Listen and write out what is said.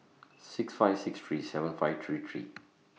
six five six three seven five three three